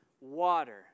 water